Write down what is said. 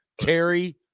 Terry